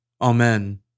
Amen